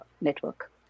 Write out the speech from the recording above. network